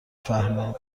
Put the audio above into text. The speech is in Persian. فهمه